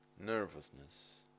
nervousness